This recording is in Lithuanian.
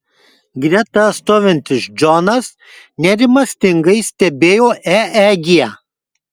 greta stovintis džonas nerimastingai stebėjo eeg